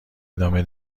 ادامه